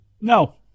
No